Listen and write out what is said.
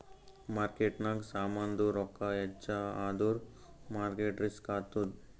ಮಾರ್ಕೆಟ್ನಾಗ್ ಸಾಮಾಂದು ರೊಕ್ಕಾ ಹೆಚ್ಚ ಆದುರ್ ಮಾರ್ಕೇಟ್ ರಿಸ್ಕ್ ಆತ್ತುದ್